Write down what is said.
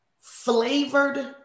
flavored